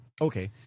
Okay